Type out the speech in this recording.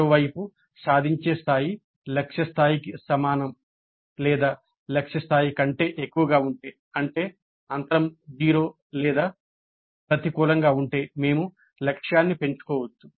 మరోవైపు సాధించే స్థాయి లక్ష్య స్థాయికి సమానం లేదా లక్ష్య స్థాయి కంటే ఎక్కువగా ఉంటే అంటే అంతరం 0 లేదా ప్రతికూలంగా ఉంటే మేము లక్ష్యాన్ని పెంచుకోవచ్చు